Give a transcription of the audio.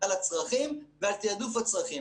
על הצרכים ועל תיעדוף הצרכים,